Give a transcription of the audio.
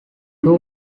two